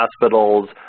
hospitals